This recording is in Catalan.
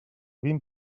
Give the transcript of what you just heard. vint